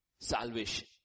Salvation